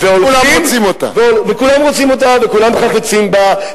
וכולם רוצים אותה וחפצים בה,